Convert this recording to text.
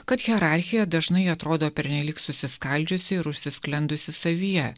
kad hierarchija dažnai atrodo pernelyg susiskaldžiusi ir užsisklendusi savyje